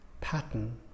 Pattern